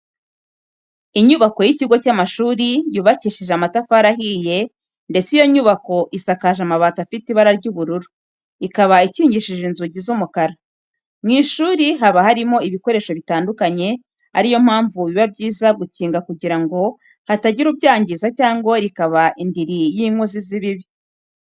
Inyubako y'ikigo cy'amashuri yubakishije amatafari ahiye ndetse iyo nyubako isakaje amabati afite ibara ry'ubururu, ikaba ikingishije inzugi z'umukara. Mu ishuri haba harimo ibikoresho bitandukanye, ari yo mpamvu biba byiza gukinga kugira ngo hatagira ubyangiza cyangwa rikaba indiri y'inkozi z'ibibi.